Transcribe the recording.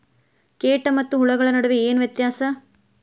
ಕೇಟ ಮತ್ತು ಹುಳುಗಳ ನಡುವೆ ಏನ್ ವ್ಯತ್ಯಾಸ?